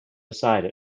side